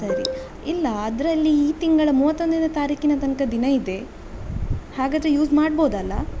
ಸರಿ ಇಲ್ಲ ಅದರಲ್ಲಿಈ ತಿಂಗಳ ಮೂವತ್ತೊಂದನೇ ತಾರೀಕಿನ ತನಕ ದಿನ ಇದೆ ಹಾಗಾದರೆ ಯೂಸ್ ಮಾಡ್ಬೌದಲ್ಲ